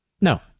No